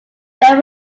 there